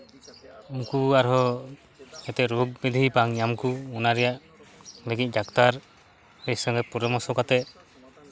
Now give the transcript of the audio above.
ᱩᱱᱠᱩ ᱟᱨᱦᱚᱸ ᱡᱟᱛᱮ ᱨᱳᱜᱽ ᱵᱤᱫᱷᱤ ᱵᱟᱝ ᱧᱟᱢ ᱠᱚ ᱚᱱᱟ ᱨᱮᱭᱟᱜ ᱞᱟᱹᱜᱤᱫ ᱰᱟᱠᱛᱟᱨ ᱥᱚᱸᱜᱮ ᱯᱚᱨᱟᱢᱚᱨᱥᱚ ᱠᱟᱛᱮ